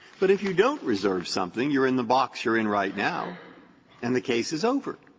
but if you don't reserve something, you're in the box you're in right now and the case is over.